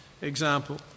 example